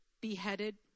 beheaded